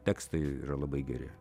tekstai yra labai geri